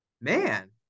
man